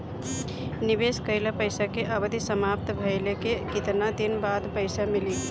निवेश कइल पइसा के अवधि समाप्त भइले के केतना दिन बाद पइसा मिली?